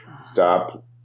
Stop